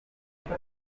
umwe